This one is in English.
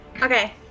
Okay